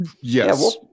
Yes